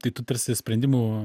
tai tų tarsi sprendimų